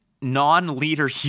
non-leader